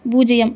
பூஜ்ஜியம்